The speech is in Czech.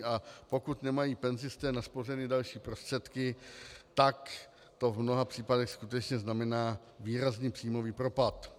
A pokud nemají penzisté naspořeny další prostředky, tak to v mnoha případech skutečně znamená výrazný příjmový propad.